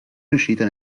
riuscita